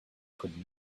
could